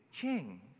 king